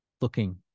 looking